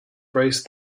braced